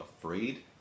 afraid